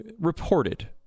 reported